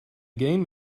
game